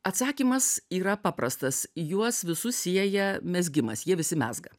atsakymas yra paprastas juos visus sieja mezgimas jie visi mezga